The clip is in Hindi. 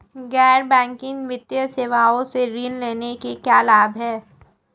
गैर बैंकिंग वित्तीय सेवाओं से ऋण लेने के क्या लाभ हैं?